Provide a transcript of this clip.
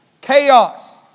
chaos